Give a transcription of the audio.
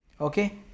Okay